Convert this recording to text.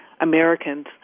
Americans